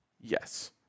Yes